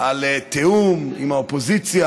על תיאום עם האופוזיציה,